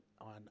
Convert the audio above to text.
on